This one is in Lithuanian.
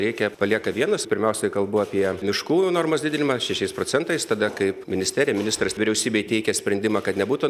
rėkia palieka vienus pirmiausia kalbu apie miškų normos didinimą šešiais procentais tada kaip ministerija ministras vyriausybei teikia sprendimą kad nebūtų